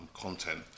content